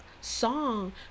song